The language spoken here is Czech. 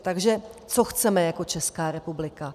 Takže co chceme jako Česká republika?